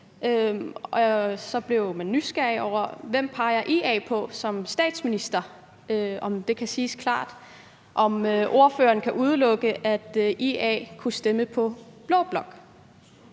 så blev jeg nysgerrig efter, hvem IA peger på som statsminister. Kan det siges klart? Kan ordføreren udelukke, at IA kunne stemme på blå blok?